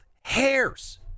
hairs